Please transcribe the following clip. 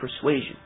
persuasion